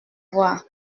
voir